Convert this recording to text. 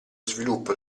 sviluppo